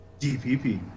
DPP